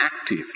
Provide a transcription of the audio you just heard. active